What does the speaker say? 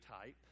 type